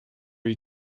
you